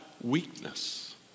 weakness